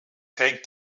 hängt